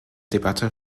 debatte